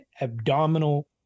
abdominal